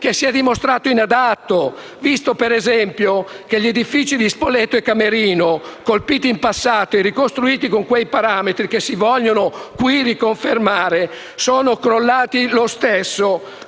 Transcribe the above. che si è dimostrato inadatto, visto che gli edifici di Spoleto e Camerino, colpiti in passato e ricostruiti con i parametri che si vogliono qui riconfermare, sono crollati lo stesso